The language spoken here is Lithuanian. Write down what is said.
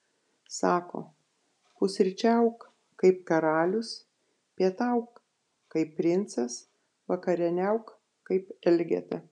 sako pusryčiauk kaip karalius pietauk kaip princas vakarieniauk kaip elgeta